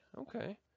Okay